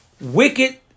wicked